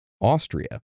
Austria